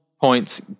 Points